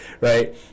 right